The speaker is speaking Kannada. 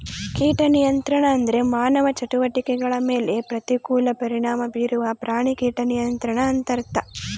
ಕೀಟ ನಿಯಂತ್ರಣ ಅಂದ್ರೆ ಮಾನವ ಚಟುವಟಿಕೆಗಳ ಮೇಲೆ ಪ್ರತಿಕೂಲ ಪರಿಣಾಮ ಬೀರುವ ಪ್ರಾಣಿ ಕೀಟ ನಿಯಂತ್ರಣ ಅಂತರ್ಥ